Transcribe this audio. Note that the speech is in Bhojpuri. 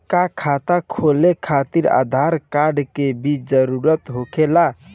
का खाता खोले खातिर आधार कार्ड के भी जरूरत होखेला?